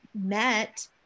met